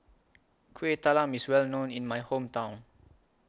Kuih Talam IS Well known in My Hometown